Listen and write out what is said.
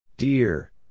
Dear